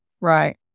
Right